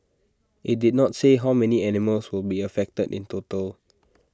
IT did not say how many animals will be affected in total